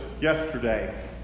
yesterday